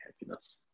happiness